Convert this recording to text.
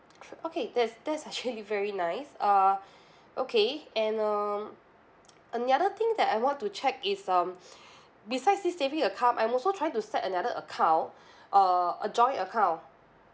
okay that's that's actually very nice uh okay and um another thing that I want to check is um besides this saving account I'm also trying to set another account a a joint account